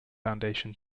foundation